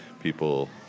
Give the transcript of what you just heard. people